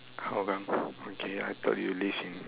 Hougang okay I thought you live in